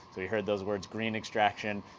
we heard those words, green extraction,